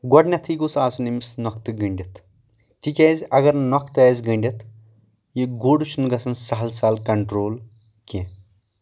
گۄڈٕنٮ۪تھٕے گوٚژھ آسن أمِس نۄختہٕ گٔنٛڈِتھ تِکیٛازِ اگر نہٕ نۄختہٕ آسہِ گٔنٛڈِتھ یہِ گُر چھُنہٕ گژھان سہل سہل کنٹرول کینٛہہ